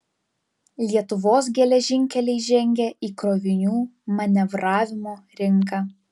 lietuvos geležinkeliai žengia į krovinių manevravimo rinką